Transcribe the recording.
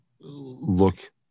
look